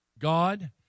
God